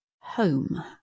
home